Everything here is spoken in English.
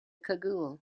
cagoule